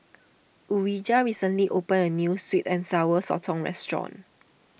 Urijah recently opened a New Sweet and Sour Sotong Restaurant